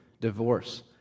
divorce